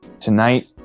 tonight